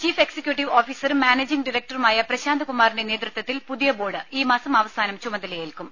chief executive ഓഫീസറും managing ഡയറക്ടറുമായ പ്രശാന്ത് കുമാറിന്റെ നേതൃത്വത്തിൽ പുതിയ ബോർഡ് ഈ മാസം അവസാനം ചുമതലയേൽക്കും